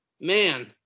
man